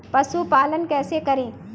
पशुपालन कैसे करें?